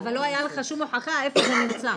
אבל לא הייתה לך שום הוכחה איפה זה נמצא.